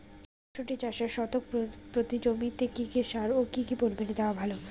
মটরশুটি চাষে শতক প্রতি জমিতে কী কী সার ও কী পরিমাণে দেওয়া ভালো?